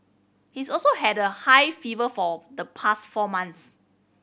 he's also had a high fever for the past four months